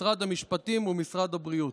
משרד המשפטים ומשרד הבריאות.